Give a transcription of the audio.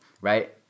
right